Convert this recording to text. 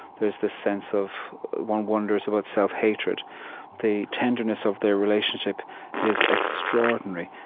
there's this sense of one wonders about self-hatred. the tenderness of their relationship is extraordinary.